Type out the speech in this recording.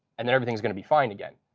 and then everything is going to be fine again.